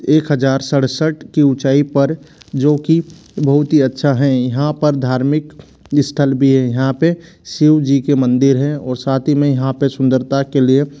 एक हजार सड़सठ की ऊँचाई पर जो कि बहुत ही अच्छा हैं यहाँ पर धार्मिक स्थल भी है यहाँ पे शिव जी के मंदिर हैं और साथ ही में यहाँ पे सुंदरता के लिए